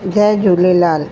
Jay Jhulelal